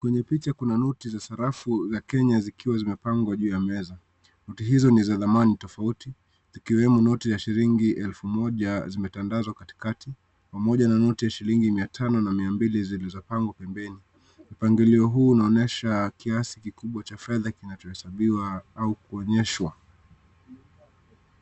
Kwenye picha kuna noti za sarafu za Kenya zikiwa zimepangwa juu ya meza. Noti hizo ni za dhamani tofauti, zikiwemo noti ya shilingi elfu moja zimetandazwa katikati pamoja na noti ya shilingi mia tano na mia mbili zilizopangwa pembeni. Mpangilio huu unaonyesha kiasi kikubwa cha fedha kinachohesabiwa au kuonyeshwa.